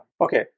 okay